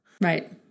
Right